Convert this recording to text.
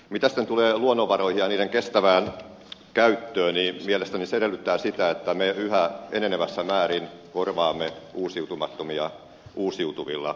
mitä sitten tulee luonnonvaroihin ja niiden kestävään käyttöön niin mielestäni se edellyttää sitä että me yhä enenevässä määrin korvaamme uusiutumattomia uusiutuvilla